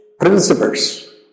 principles